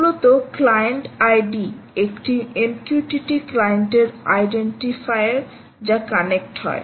মূলত client ID একটি MQTT ক্লায়েন্টের আইডেন্টিফায়ার যা কানেক্ট হয়